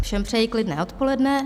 Všem přeji klidné odpoledne.